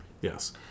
Yes